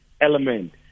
element